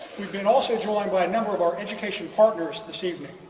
we've been also joined by a number of our education partners this evening.